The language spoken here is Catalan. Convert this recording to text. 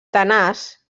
tenaç